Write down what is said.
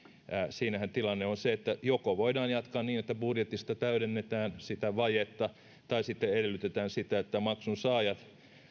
siinähän tilanne on se että joko voidaan jatkaa niin että budjetista täydennetään sitä vajetta tai sitten edellytetään sitä että maksun saajat